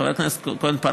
חברת הכנסת כהן-פארן,